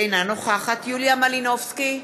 אינה נוכחת יוליה מלינובסקי,